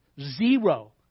zero